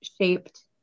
shaped